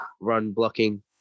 run-blocking